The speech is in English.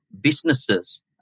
businesses